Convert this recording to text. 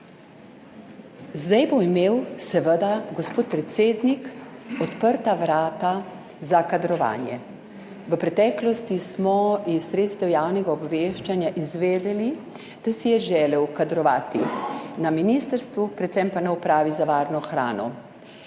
Zdaj bo imel seveda gospod predsednik odprta vrata za kadrovanje. V preteklosti smo iz sredstev javnega obveščanja izvedeli, da si je želel kadrovati na ministrstvu, predvsem pa na Upravi za varno hrano.